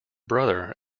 brother